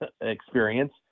experience